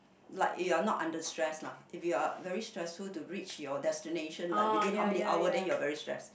like you are not under stress lah if you are very stressful to reach your destination like within how many hour then you are very stress